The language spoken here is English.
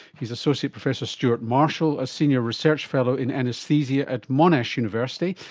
he is associate professor stuart marshall, a senior research fellow in anaesthesia at monash university,